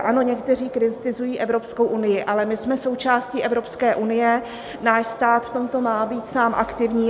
Ano, někteří kritizují Evropskou unii, ale my jsme součástí Evropské unie, náš stát v tomto má být sám aktivní.